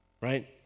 Right